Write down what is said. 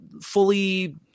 fully